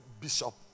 bishop